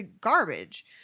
garbage